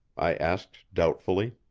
i asked doubtfully.